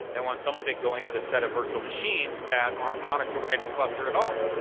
they want some of it going to the set of virtual machines that aren't on a kubernetes cluster at all.